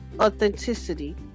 authenticity